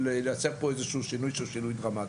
לעשות פה איזה שהוא שינוי שהוא שינוי דרמטי.